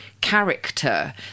character